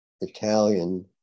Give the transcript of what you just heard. Italian